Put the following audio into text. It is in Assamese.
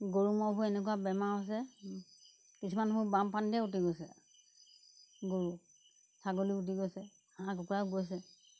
গৰু ম'হবোৰৰো এনেকুৱা বেমাৰ হৈছে কিছুমানটো বাম পানীতে উটি গৈছে গৰু ছাগলী উটি গৈছে হাঁহ কুকুৰাও গৈছে